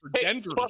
denver